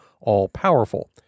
all-powerful